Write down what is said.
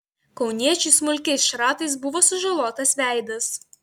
kauniečiui smulkiais šratais buvo sužalotas veidas